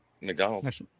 McDonald's